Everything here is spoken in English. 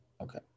Okay